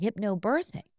hypnobirthing